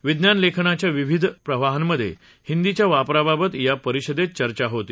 विज्ञान लेखनाच्या विविध प्रवाहांमधे हिंदीच्या वापराबाबत या परिषदेत चर्चा होती